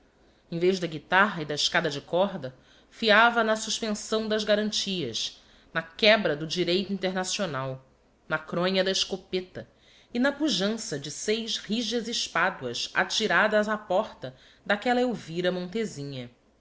em vez da guitarra e da escada de corda fiava na suspensão das garantias na quebra do direito internacional na cronha da escopeta e na pujança de seis rijas espadoas atiradas á porta d'aquella elvira